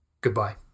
Goodbye